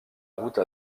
route